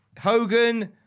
Hogan